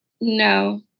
No